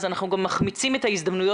אנחנו גם מחמיצים את ההזדמנות